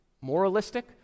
Moralistic